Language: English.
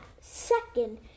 Second